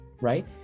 Right